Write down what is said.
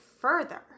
further